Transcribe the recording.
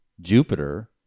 Jupiter